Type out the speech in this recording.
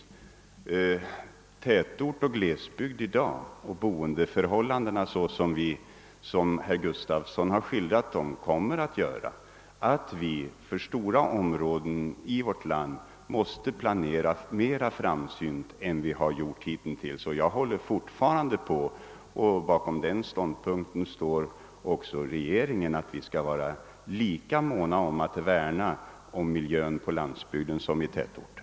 Förhållandet mellan tätort och glesbygd i dag och boendeförhållandena såsom herr Gustavsson i Alvesta skildrat dem kommer att medföra att vi för stora områden i vårt land måste planera mer framsynt än vi gjort hitintills. Jag håller fortfarande på — bakom den ståndpunkten står hela regeringen — att vi skall vara lika måna om att värna om miljön på landsbygden som i tätorterna.